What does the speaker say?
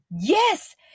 Yes